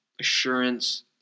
assurance